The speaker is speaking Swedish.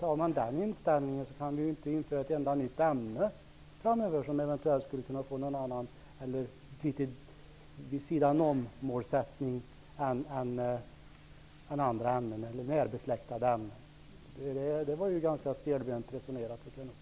Har vi den inställningen kan vi ju framöver inte införa ett enda nytt ämne som skulle kunna få en målsättning som ligger litet vid sidan om målsättningen för andra, närbesläktade ämnen. Det var ganska stelbent resonerat, tycker jag.